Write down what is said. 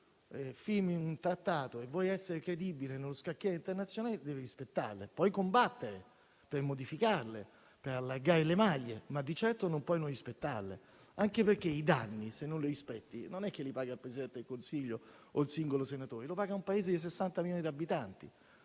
si firma un trattato e si vuole essere credibili nello scacchiere interazionale lo si deve rispettare; poi si può combattere per modificarlo, per allargarne le maglie, ma di certo non si può non rispettarlo, anche perché i danni, se non lo si rispetta, non li paga il Presidente del Consiglio o il singolo senatore, ma un Paese di 60 milioni di abitanti.